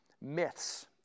myths